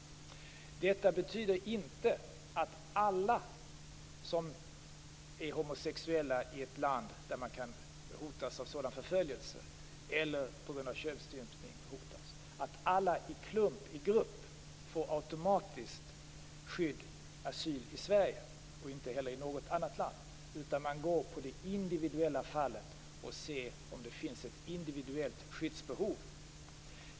Detta betyder inte att t.ex. alla homosexuella i ett land där man kan hotas av förföljelse mot homosexualitet eller av könsstympning automatiskt får skydd, asyl, i Sverige - inte heller i något annat land. Man ser i det individuella fallet om det finns ett individuellt skyddsbehov.